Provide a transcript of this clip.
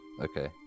Okay